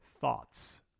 Thoughts